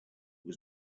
was